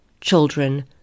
children